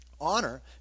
honor